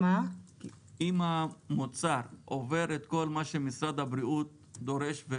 אם המוצר עובר את כל מה שמשרד הבריאות דורש,